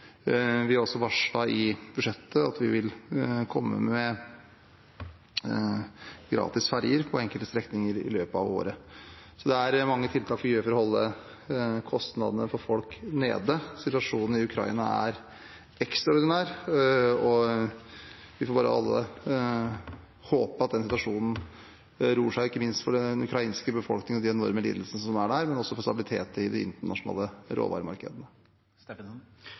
Vi har også varslet i budsjettet at vi vil komme med gratis ferjer på enkelte strekninger i løpet av året. Så det er mange tiltak vi gjør for å holde kostnadene for folk nede. Situasjonen i Ukraina er ekstraordinær, vi får bare alle håpe at den personen roer seg, ikke minst for den ukrainske befolkningen og de enorme lidelsene som er der, men også for stabilitet i de internasjonale råvaremarkedene.